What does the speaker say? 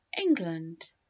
England